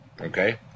okay